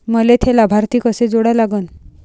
मले थे लाभार्थी कसे जोडा लागन?